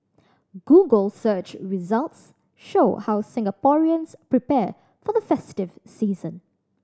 Google search results show how Singaporeans prepare for the festive season